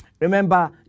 Remember